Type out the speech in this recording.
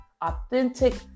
authentic